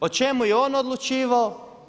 O čemu je on odlučivao?